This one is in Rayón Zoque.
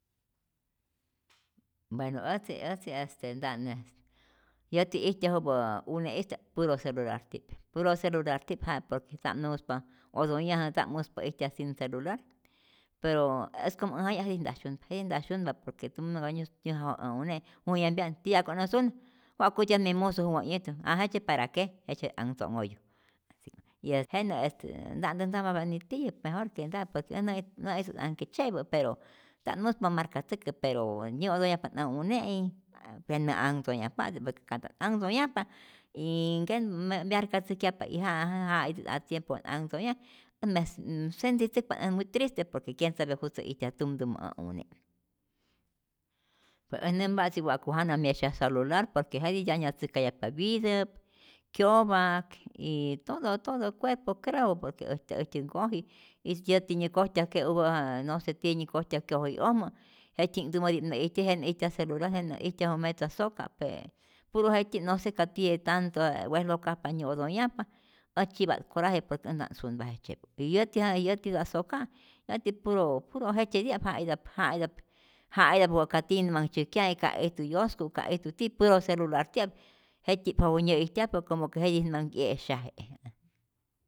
Bueno äjtzi äjtzi este nta't mespa, yäti ijtyajupä une'ista'p puro celularti'p, puro celularti'p ja i por que nta'p muspa otonhyajä nta'p muspa ijtyaj sin celular, pero es como äj jaya' jetij nta syunpa, jetij nta syunpa por que tum naka nyäjajo' ä une' jujyampya'n, ti'yajku nä sunu, watyänmi musu juwä yijtu, ah jejtzye para que, jejtzye anhtzo'nhoyu, y de jenä es que nta'ntä ntzajmapya nitiyä, mejor que nta', por que ät nä'ijtu't nä'ijtu't anhke tzye'pä pero nta't muspa marcatzäkä pero nyä'tonhyajpa't äj une'i y pena anhtzonhyajpatzi por que ka'nta't anhtzonyajpa y ken myarcatzujkyajpa y ja' ja itä a tiempo wa't anhtzonyaj nn- sentitzäkpa't äj wit triste, por que quien sabe jutzä ijtyaj tumtumä ä une, pue äj nämpatzi wa'ku jana myesyaj celular por qu jetij dyañatzäjkayajpa wyitäp, kyopak y todo todo cuerpo creo por que hasta äjtyä nkoji' it yäti nä kojtyajke'upä no se tiyä nä kyojtyaj kyoji'ojmä, jetji'nhtumäti'p nä ijtyaj jnä ijtyaj celaular, jenä ijtyaju metza soka p, puro jet'tyip no se ka tiyä tanto jee wejlokajpa nyä'otonhyajpa, ät tzyi'pa't coraje por que ät nta't sunpa jejtzyepä y yäti je yätita'p soka'i yäti puro puro jejtzyeti'ap ja itäp ja itäp ja itap wa'ka tiyä nä manh tzyäjkyaje, ka ijtu yosku ka ijtu tiyä puro celularti'ap jet'tyi'p jowi nyä'ijtyajpa como que jetij nä manh 'ye'syaje.